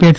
પેટ